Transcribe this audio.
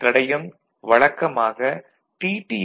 இத்தடையம் வழக்கமாக டி